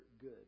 good